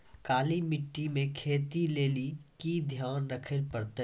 काली मिट्टी मे खेती लेली की ध्यान रखे परतै?